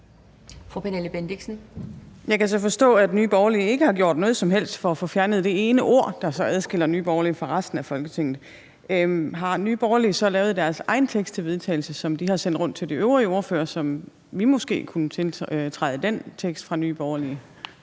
Jeg kan så forstå, at Nye Borgerlige ikke har gjort noget som helst for at få fjernet det ene ord, der adskiller Nye Borgerlige fra resten af Folketinget. Har Nye Borgerlige så lavet deres eget forslag til vedtagelse, som de har sendt rundt til de øvrige ordførere – en tekst fra Nye Borgerlige,